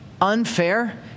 unfair